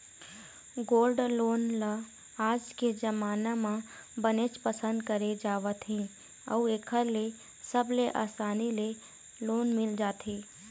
gold loan ल आज के जमाना म बनेच पसंद करे जावत हे अउ एखर ले सबले असानी ले लोन मिल जाथे